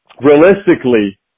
Realistically